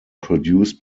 produced